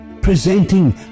presenting